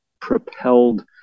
propelled